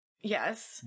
Yes